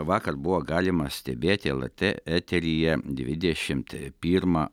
vakar buvo galima stebėti lrt eteryje dvidešimt pirmą